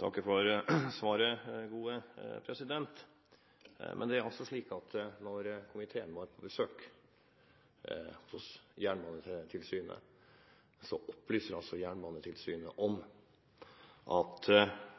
takker for svaret. Da komiteen var på besøk hos Jernbanetilsynet, opplyste man at